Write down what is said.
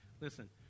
Listen